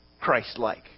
Christ-like